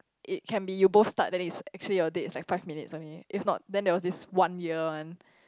it can be you both start then it's actually your date is like five minutes only if not then there was this one year [one]